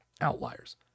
outliers